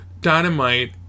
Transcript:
Dynamite